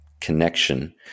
connection